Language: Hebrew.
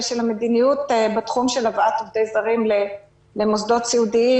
של המדיניות בתחום של הבאת עובדים זרים למוסדות סיעודיים,